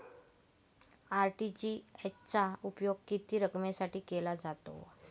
RTGS चा उपयोग किती रकमेसाठी केला जातो?